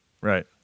right